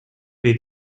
les